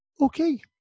okay